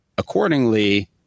Accordingly